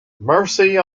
mercy